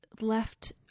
left